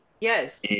yes